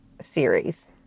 series